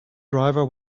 driver